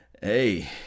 Hey